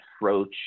approach